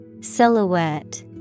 Silhouette